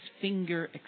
finger